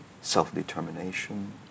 self-determination